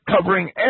covering